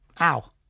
Ow